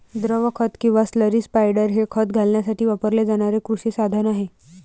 द्रव खत किंवा स्लरी स्पायडर हे खत घालण्यासाठी वापरले जाणारे कृषी साधन आहे